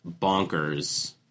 bonkers